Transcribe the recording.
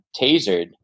tasered